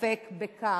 ספק בכך.